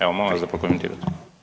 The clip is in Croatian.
Evo, molim vas da prokomentirate.